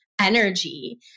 energy